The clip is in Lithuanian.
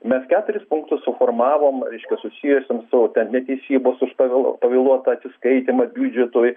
mes keturis punktus suformavom reiškia susijusius su netesybos už pave pavėluotą atsiskaitymą biudžetui